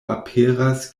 aperas